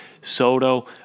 Soto